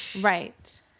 Right